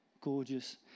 gorgeous